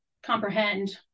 comprehend